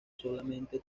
solamente